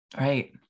Right